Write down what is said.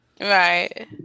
Right